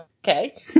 Okay